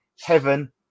heaven